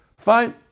Fine